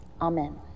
Amen